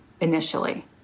initially